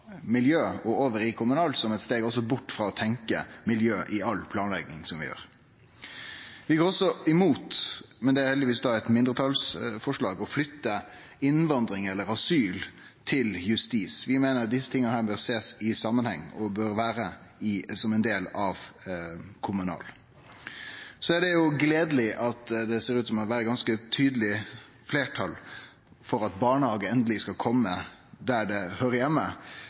miljø i all planlegging vi gjer. Vi går også imot – men det er heldigvis eit mindretalsforslag – å flytte innvandringssaker, eller asylsaker, til justiskomiteen. Vi meiner desse tinga bør bli sett i samanheng og bør vere ein del av kommunal- og forvaltningskomiteen. Så er det jo gledeleg at det ser ut til å vere eit ganske tydeleg fleirtal for at barnehage endeleg skal kome der det høyrer heime, nemleg at ein ser dette i